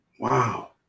Wow